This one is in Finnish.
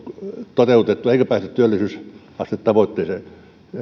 toteutettua eikä pääse työllisyysastetavoitteeseensa